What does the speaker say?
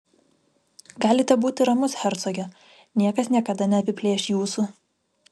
galite būti ramus hercoge niekas niekada neapiplėš jūsų